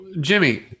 Jimmy